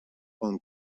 con